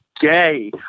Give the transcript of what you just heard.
gay